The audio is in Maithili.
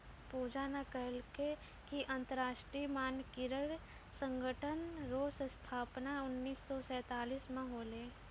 पूजा न कहलकै कि अन्तर्राष्ट्रीय मानकीकरण संगठन रो स्थापना उन्नीस सौ सैंतालीस म होलै